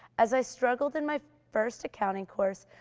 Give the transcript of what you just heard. as i struggled in my first accounting course,